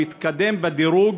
הוא התקדם בדירוג